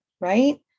right